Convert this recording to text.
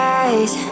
eyes